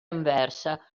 anversa